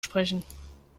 sprechen